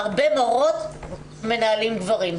הרבה מורות ומנהלים גברים,